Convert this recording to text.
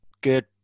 good